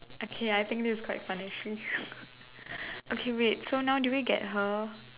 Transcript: okay I think this is quite fun actually okay wait so now do we get her